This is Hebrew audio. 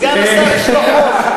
סגן השר יש לו חום.